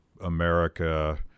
America